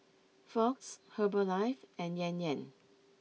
Fox Herbalife and Yan Yan